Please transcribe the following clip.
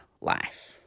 life